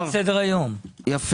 זה מחר על סדר היום, אם